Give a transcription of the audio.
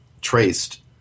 traced